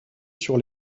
sur